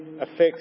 affects